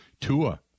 Tua